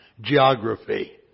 geography